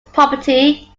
property